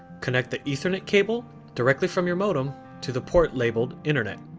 connect the ethernet cable directly from your modem to the port labeled internet